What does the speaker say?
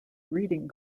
breeding